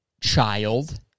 child